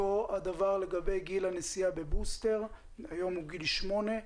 אותו הדבר לגבי גיל הנסיעה בבוסטר שהיום הוא גיל שמונה.